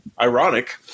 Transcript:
Ironic